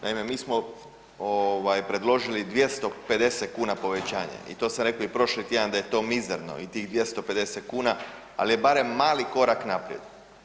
Naime, mi smo predložili 250 kuna povećanje i to sam rekao i prošli tjedan da je to mizerno i tih 250 kuna, ali je barem mali korak naprijed.